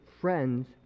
friends